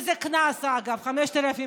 וזה קנס, אגב, של 5,000 שקל,